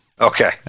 Okay